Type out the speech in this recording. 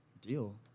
Deal